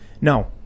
No